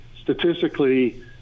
statistically –